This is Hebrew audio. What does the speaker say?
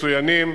מצוינים,